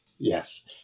Yes